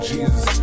Jesus